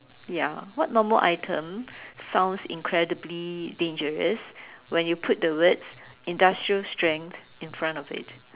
ya what normal item sounds incredibly dangerous when you put the words industrial strength in front of it